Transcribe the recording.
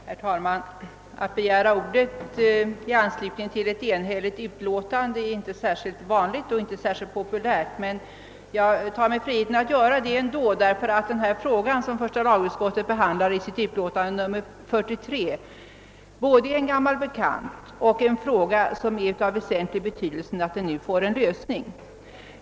Herr talman! Det är varken särskilt populärt eller vanligt att begära ordet i anslutning till ett enhälligt utlåtande. Jag tar mig ändå friheten att göra detta, eftersom det är väsentligt att den fråga som första lagutskottet behandlar i sitt utlåtande nr 43 nu får en lösning.